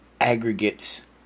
aggregates